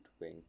wing